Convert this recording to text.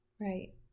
Right